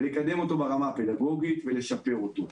לקדם אותו ברמה הפדגוגית ולשפר אותו.